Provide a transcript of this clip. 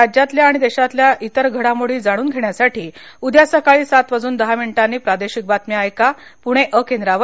राज्यातल्या आणि देशातल्या इतर घडामोडी जाणून घेण्यासाठी उद्या सकाळी सात वाजून दहा मिनिटांनी प्रादेशिक बातम्या ऐका पुणे अ केंद्रावर